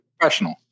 professional